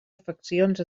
afeccions